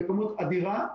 זו כמות אדירה.